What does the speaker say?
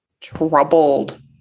troubled